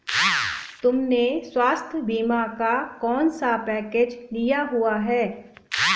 तुमने स्वास्थ्य बीमा का कौन सा पैकेज लिया हुआ है?